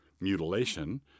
mutilation